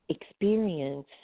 experience